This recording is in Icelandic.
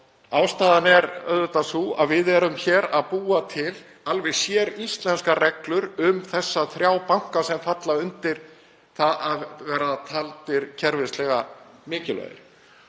Ástæðan er sú að við erum hér að búa til alveg séríslenskar reglur um þá þrjá banka sem falla undir það að vera taldir kerfislega mikilvægir.